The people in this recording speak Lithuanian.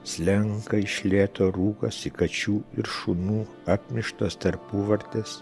slenka iš lėto rūkas į kačių ir šunų apmyžtas tarpuvartes